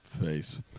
Face